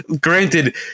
Granted